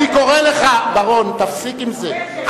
אני קורא לך, בר-און, תפסיק עם זה.